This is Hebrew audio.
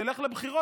תלך לבחירות,